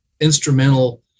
instrumental